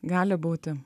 gali būti